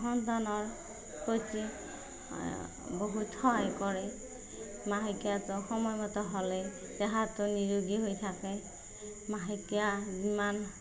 সন্তানৰ প্ৰতি বহুত সহায় কৰে মাহেকীয়াটো সময়মতে হ'লে দেহটো নিৰোগী হৈ থাকে মাহেকীয়া যিমান